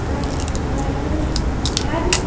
hello hello ಯಾರು ರೀ ಯಾರು ರೀ